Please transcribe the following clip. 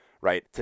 Right